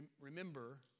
Remember